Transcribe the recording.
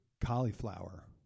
cauliflower